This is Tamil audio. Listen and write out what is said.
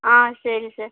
ஆ சரி சார்